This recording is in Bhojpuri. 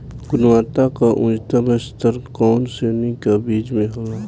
गुणवत्ता क उच्चतम स्तर कउना श्रेणी क बीज मे होला?